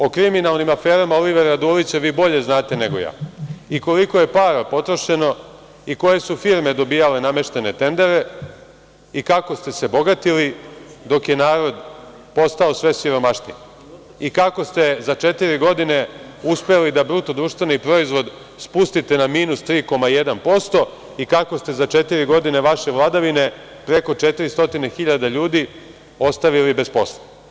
O kriminalnim aferama Olivera Dulića vi bolje znate nego ja, i koliko je para potrošeno i koje su firme dobijale nameštene tendere, i kako ste se bogatili, dok je narod postajao sve siromašniji, i kako ste za četiri godine uspeli da BDP spustite na minus 3,1% i kako ste za četiri godine vaše vladavine preko 400 hiljada ljudi ostavili bez posla.